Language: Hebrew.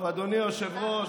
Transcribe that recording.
אדוני היושב-ראש,